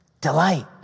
delight